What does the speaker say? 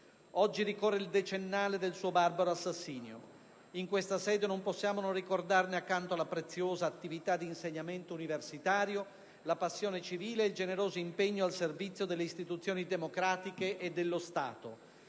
Oggi ricorre il decennale del suo barbaro assassinio. In questa sede non possiamo non ricordarne, accanto alla preziosa attività di insegnamento universitario, la passione civile e il generoso impegno al servizio delle istituzioni democratiche e dello Stato.